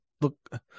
look